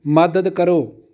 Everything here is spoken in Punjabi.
ਮੱਦਦ ਕਰੋ